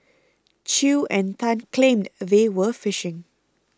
Chew and Tan claimed they were fishing